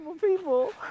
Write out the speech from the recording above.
people